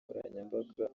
nkoranyambaga